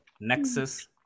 Nexus